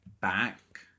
back